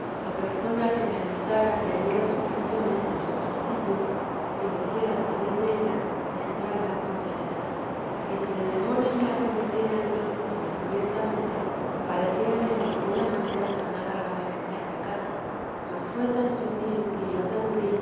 o persona que me avisara de huir las ocasiones en los principios y me hiciera salir dellas si entrara con brevedad y si el demonio me acometiera entonces descubiertamente parecíame en ninguna manera tornara gravemente a pecar mas fué tan sutil y yo tan